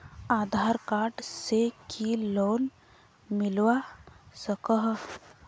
आधार card से की loan मिलवा सकोहो?